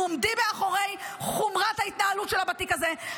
אנחנו עומדים מאחורי חומרת ההתנהלות שלה בתיק הזה,